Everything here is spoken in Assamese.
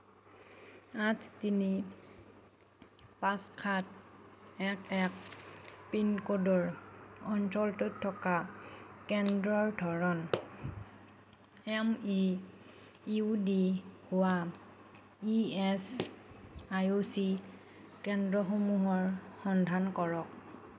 আঠ তিনি পাঁচ সাত এক এক পিনক'ডৰ অঞ্চলটোত থকা কেন্দ্ৰৰ ধৰণ এম ই ইউ ডি হোৱা ই এচ আই চি কেন্দ্ৰসমূহৰ সন্ধান কৰক